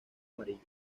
amarillo